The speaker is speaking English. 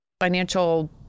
financial